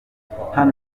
hano